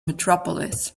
metropolis